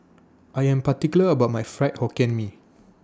I Am particular about My Fried Hokkien Mee